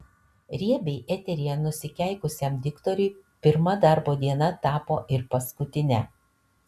riebiai eteryje nusikeikusiam diktoriui pirma darbo diena tapo ir paskutine